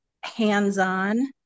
hands-on